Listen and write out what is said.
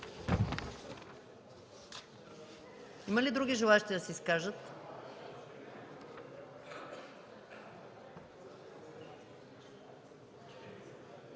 Има ли други желаещи да се изкажат?